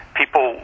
people